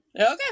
Okay